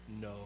no